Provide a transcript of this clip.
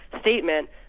statement